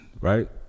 right